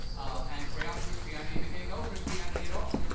ah and crayon christianity became no christianity at all.